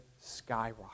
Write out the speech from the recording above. skyrocket